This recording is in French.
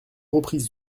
reprises